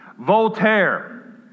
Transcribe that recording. Voltaire